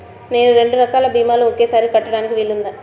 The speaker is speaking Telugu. నేను రెండు రకాల భీమాలు ఒకేసారి కట్టడానికి వీలుందా?